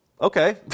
Okay